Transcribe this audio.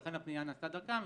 ולכן הפנייה נעשתה דרכם.